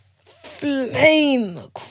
Flame